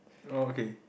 orh okay